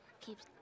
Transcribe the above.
Keeps